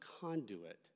conduit